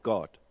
God